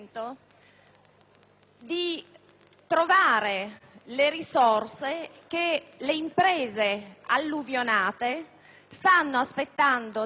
di trovare le risorse che le imprese alluvionate stanno aspettando da anni,